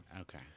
Okay